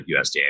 USDA